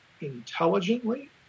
intelligently